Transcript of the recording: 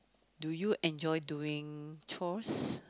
do you enjoy doing chores